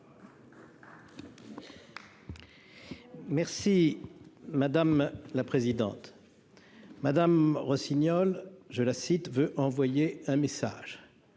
Merci madame la présidente, Madame Rossignol, je la cite veut envoyer un message,